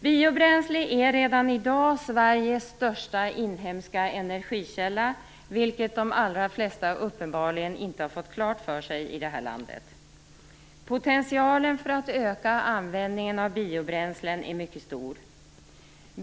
Biobränslen är redan i dag Sveriges största inhemska energikälla, vilket de allra flesta i det här landet uppenbarligen inte har fått klart för sig. Potentialen för att öka användningen av biobränslen är mycket stor.